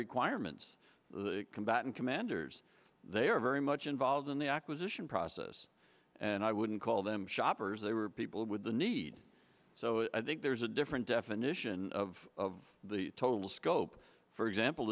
requirements the combatant commanders they are very much involved in the acquisition process and i wouldn't call them shoppers they were people with the need so i think there's a different definition of the total scope for example